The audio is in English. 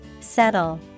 Settle